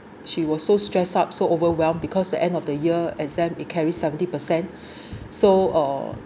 she was so stressed up so overwhelmed because the end of the year exam it carries seventy percent so uh